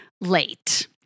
Late